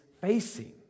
facing